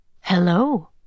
Hello